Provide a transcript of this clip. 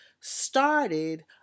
started